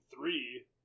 three